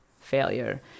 failure